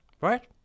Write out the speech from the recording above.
right